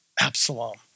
Absalom